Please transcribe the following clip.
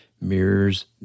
mirrors